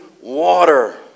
water